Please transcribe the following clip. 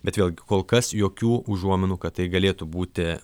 bet vėlgi kol kas jokių užuominų kad tai galėtų būti